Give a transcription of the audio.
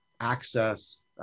access